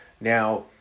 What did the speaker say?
Now